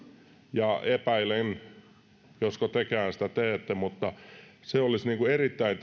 ja epäilen josko tekään sitä teette mutta se olisi erittäin